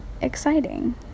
exciting